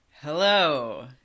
hello